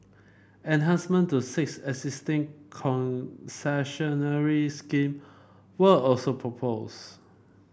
enhancement to six existing concessionary scheme were also proposed